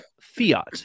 fiat